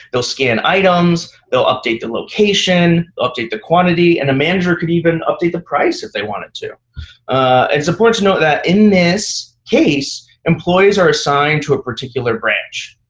they'll scan items. they'll update the location, update the quantity. and a manager could even update the price if they wanted to. and it's important to note that in this case, employees are assigned to a particular branch.